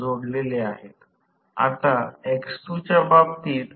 हे माझे टॉर्क अभिव्यक्ती आहे